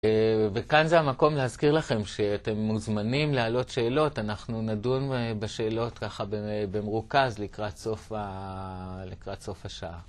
וכאן זה המקום להזכיר לכם שאתם מוזמנים לעלות שאלות. אנחנו נדון בשאלות ככה במרוכז לקראת סוף השעה.